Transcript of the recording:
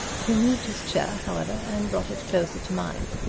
he moved his chair, however, and brought it closer to mine.